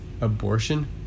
abortion